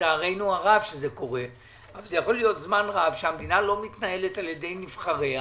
לצערנו הרב, שהמדינה לא מתנהלת על ידי נבחריה